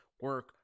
Work